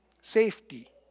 safety